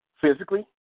physically